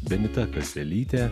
benita kaselytė